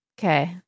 Okay